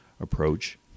approach